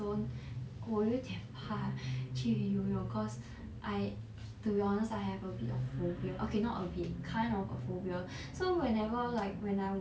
don't 我有点怕去游泳 cause I to be honest I have a bit of will phobia okay not a bit kind of a phobia so whenever like when I'm